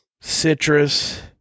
Citrus